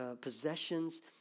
possessions